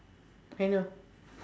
I know